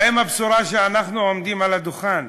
האם הבשורה היא שאנחנו עומדים על הדוכן